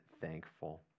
thankful